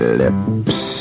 lips